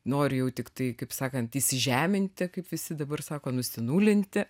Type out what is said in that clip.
nori jau tiktai kaip sakant įžeminti kaip visi dabar sako nusinulinti